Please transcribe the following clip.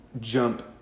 jump